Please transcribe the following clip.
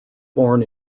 born